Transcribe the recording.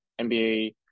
NBA